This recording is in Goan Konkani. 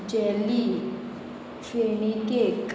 jelly feni cake